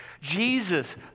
Jesus